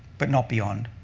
but not beyond,